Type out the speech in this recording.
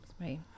Right